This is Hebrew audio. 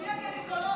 אדוני הגינקולוג